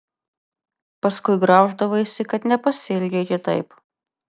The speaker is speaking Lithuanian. paskui grauždavaisi kad nepasielgei kitaip